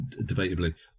debatably